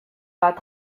bat